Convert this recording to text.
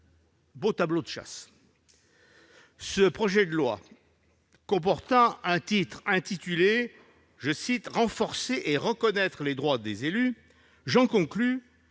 Beau tableau de chasse ! Ce projet de loi comportant un titre intitulé « Renforcer et reconnaître les droits des élus », j'en conclus